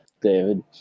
David